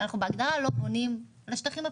אנחנו בהגדרה לא בונים על השטחים הפתוחים,